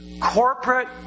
corporate